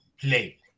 play